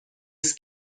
است